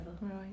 Right